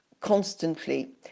constantly